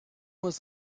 was